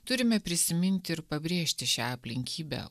turime prisiminti ir pabrėžti šią aplinkybę